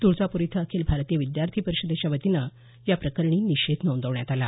तुळजापूर इथं अखिल भारतीय विद्यार्थी परिषदेच्या वतीनं या प्रकरणी निषेध नोंदवण्यात आला